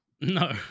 No